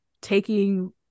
taking